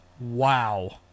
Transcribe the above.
Wow